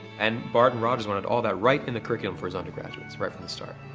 and barton rogers wanted all that right in the curriculum for his undergraduates, right from the start.